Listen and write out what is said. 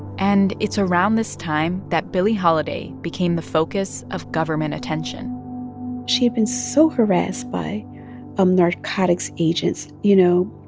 and it's around this time that billie holiday became the focus of government attention she'd been so harassed by um narcotics agents, you know,